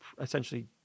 essentially